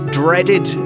dreaded